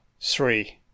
three